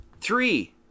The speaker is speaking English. Three